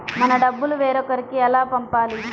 మన డబ్బులు వేరొకరికి ఎలా పంపాలి?